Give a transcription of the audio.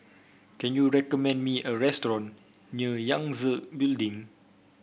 can you recommend me a restaurant near Yangtze Building